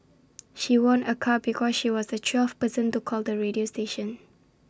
she won A car because she was the twelfth person to call the radio station